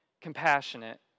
compassionate